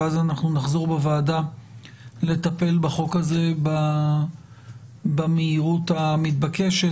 ואז אנחנו נחזור בוועדה לטפל בחוק הזה במהירות המתבקשת.